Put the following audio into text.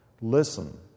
Listen